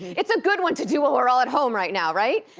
it's a good one to do while we're all at home right now, right.